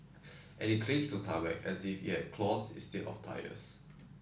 and it clings to tarmac as if it has claws instead of tyres